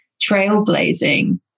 trailblazing